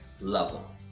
level